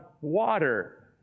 water